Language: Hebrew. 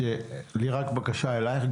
יש לי רק בקשה אלייך,